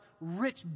rich